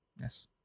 yes